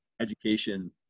education